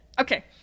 Okay